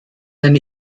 dann